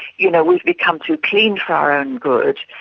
you know, we've become too clean for our own good,